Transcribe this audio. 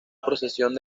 procesión